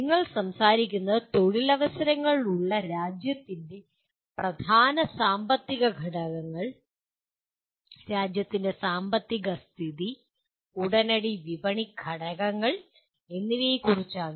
നിങ്ങൾ സംസാരിക്കുന്നത് തൊഴിലവസരങ്ങൾ ഉള്ള രാജ്യത്തിന്റെ പ്രധാന സാമ്പത്തിക ഘടകങ്ങൾ രാജ്യത്തിന്റെ സാമ്പത്തിക സ്ഥിതി ഉടനടി വിപണി ഘടകങ്ങൾ എന്നിവയെക്കുറിച്ചാണ്